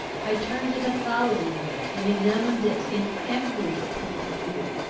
i turned it a thousand ways, and examined it in every point of view.